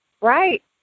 Right